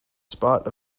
spot